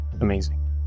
Amazing